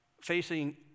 facing